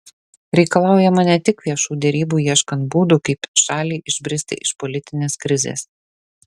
reikalaujama ne tik viešų derybų ieškant būdų kaip šaliai išbristi iš politinės krizės